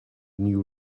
new